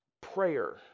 prayer